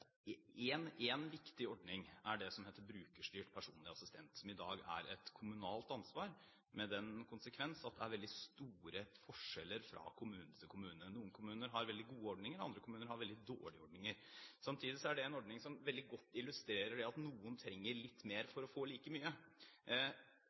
En viktig ordning er det som heter brukerstyrt personlig assistent, som i dag er et kommunalt ansvar, med den konsekvens at det er veldig store forskjeller fra kommune til kommune. Noen kommuner har veldig gode ordninger, andre kommuner har veldig dårlige ordninger. Samtidig er det en ordning som veldig godt illustrerer at noen trenger litt mer